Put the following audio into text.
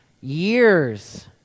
years